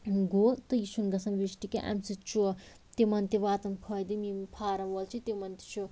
گُہہ تہٕ یہِ چھُنہٕ گَژھان ویسٹہٕ کیٚنٛہہ اَمہِ سۭتۍ چھُ تِمن تہِ واتان فٲیدٕ یِم فارٕم وٲلۍ چھِ تِمن تہِ چھُ